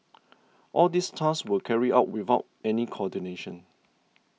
all these tasks were carried out without any coordination